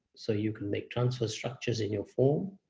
so you can make transfer structures in your form.